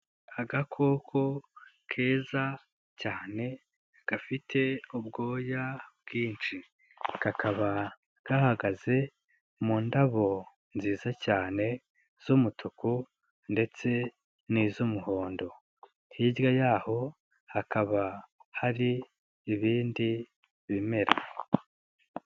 Agakoko keza cyane, gafite ubwoya bwinshi, kakaba gahagaze mu ndabo nziza cyane z'umutuku ndetse n'iz'umuhondo, hirya yaho hakaba hari ibindi bimera.